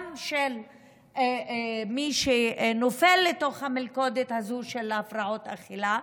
גם של מי שנופל לתוך המלכודת הזאת של הפרעות אכילה,